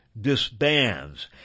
Disbands